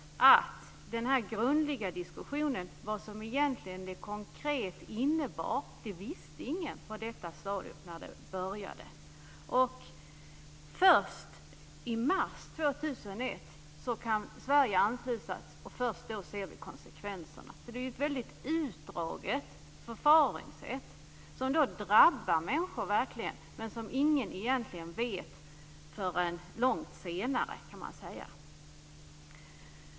När det gällde en grundlig diskussion om vad det egentligen konkret innebar var det ingen som egentligen visste det på detta stadium, när det började. Först i mars 2001 kan Sverige anslutas. Först då ser vi konsekvenserna, så det är ett väldigt utdraget förfaringssätt som verkligen drabbar människor. Men ingen vet egentligen förrän långt senare, kan man säga.